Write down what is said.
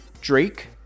drake